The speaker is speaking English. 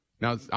now